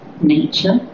nature